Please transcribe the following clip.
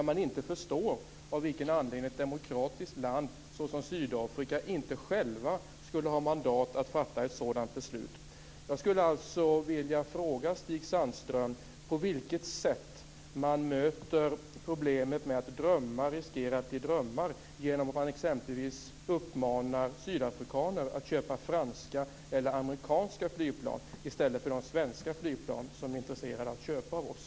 Man förstår inte av vilken anledning man i ett demokratiskt land som Sydafrika inte själv skulle ha mandat att fatta ett sådant beslut. Jag skulle alltså vilja fråga Stig Sandström: På vilket sätt möter man problemet med att drömmar riskerar att bli drömmar genom att man exempelvis uppmanar sydafrikaner att köpa franska eller amerikanska flygplan i stället för de svenska flygplan som de är intresserade av att köpa av oss?